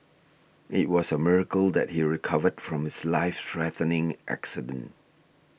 it was a miracle that he recovered from his life threatening accident